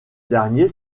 dernier